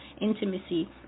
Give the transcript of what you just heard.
intimacy